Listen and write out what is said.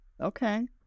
Okay